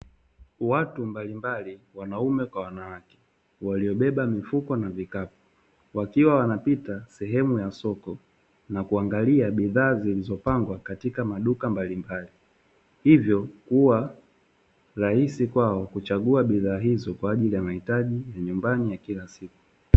Watu mbalimbali wanaume kwa wanawake waliobeba mifuko na vikapu, wakiwa wanapita sehemu ya soko na kuangalia bidhaa zilizopangwa katika maduka mbalimbali, hivyo kuwa raisi kwao kuchagua bidhaa hizo kwa ajili ya mahitaji ya nyumbani ya kila siku.